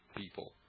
people